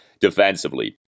defensively